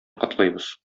котлыйбыз